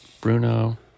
Bruno